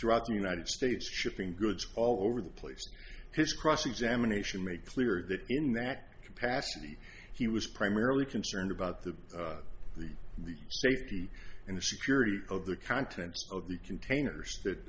throughout the united states shipping goods all over the place his cross examination make clear that in that capacity he was primarily concerned about the the the safety and the security of the contents of the containers that